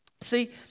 See